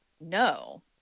no